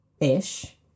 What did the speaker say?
Ish